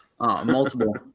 Multiple